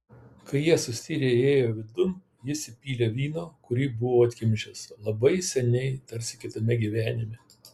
kai jie sustirę įėjo vidun jis įpylė vyno kurį buvo atkimšęs labai seniai tarsi kitame gyvenime